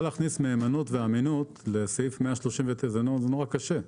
להכניס מהימנות ואמינות לסעיף 139. זה נורא קשה.